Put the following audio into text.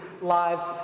lives